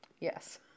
Yes